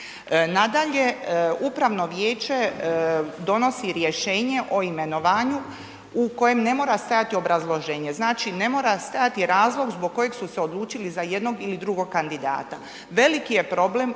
Nadalje, upravno vijeće donosi rješenje o imenovanju u kojem ne mora stajati obrazloženje, znači ne mora stajati razlog zbog kojeg su se odlučili za jednog ili drugog kandidata. Veliki je problem i